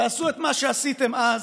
תעשו את מה שעשיתם אז,